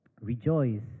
Rejoice